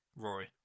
Roy